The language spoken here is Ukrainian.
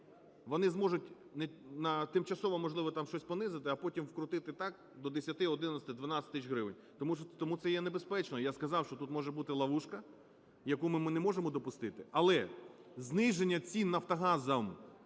вони зможуть тимчасово, можливо, там щось понизити, а потім вкрутити так – до 10, 11, 12 тисяч гривень. Тому це є небезпечно. Я сказав, що тут може бути ловушка, яку ми не можемо допустити. Але зниження цін "Нафтогазом"